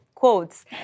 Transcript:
quotes